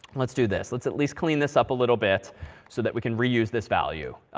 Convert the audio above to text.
let's do this. let's at least clean this up a little bit so that we can reuse this value.